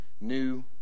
new